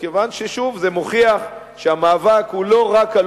כיוון ששוב זה מוכיח שהמאבק הוא לא רק על